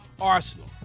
Arsenal